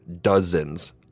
dozens